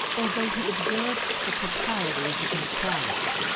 although he observed the proprieties of neutrality.